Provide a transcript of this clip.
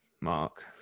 Mark